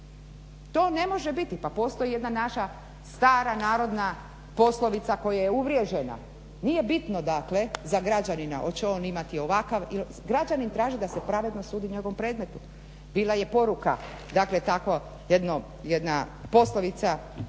To ne može biti, pa postoji jedna naša stara narodna poslovica koja je uvriježena nije bitno dakle za građanina hoće on imati ovakav ili onakav građani traže da se pravedno sudi u njegovom predmetu. Bila je poruka, dakle tako